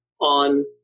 on